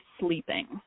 sleeping